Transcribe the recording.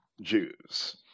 Jews